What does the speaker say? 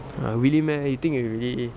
really meh you think it will really